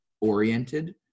oriented